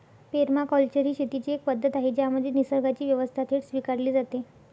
permaculture ही शेतीची एक पद्धत आहे ज्यामध्ये निसर्गाची व्यवस्था थेट स्वीकारली जाते